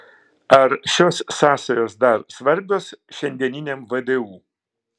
ar šios sąsajos dar svarbios šiandieniniam vdu